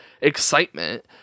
excitement